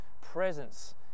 presence